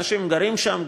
אנשים גרים שם,